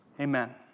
Amen